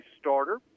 starter